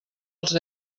els